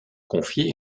confiée